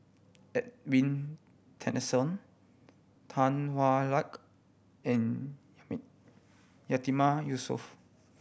Edwin Tessensohn Tan Hwa Luck and Yatiman Yusof